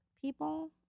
people